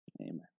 amen